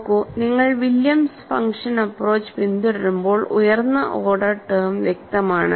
നോക്കൂ നിങ്ങൾ Williams function approach പിന്തുടരുമ്പോൾ ഉയർന്ന ഓർഡർ ടെം വ്യക്തമാണ്